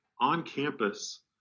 on-campus